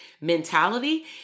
mentality